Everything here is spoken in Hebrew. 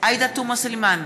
עאידה תומא סלימאן,